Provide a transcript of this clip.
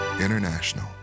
International